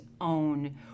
own